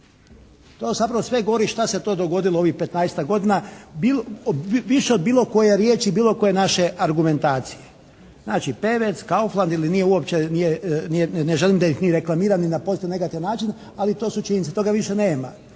sve govori šta se to dogodilo u ovih 15-tak godina više od bilo koje riječi, bilo koje naše argumentacije. Znači «Pevec», «Kaufland» ili nije uopće, nije, ne želim da ih ni reklamiram ni na pozitivan ni negativan način, ali to su činjenice. Toga više nema.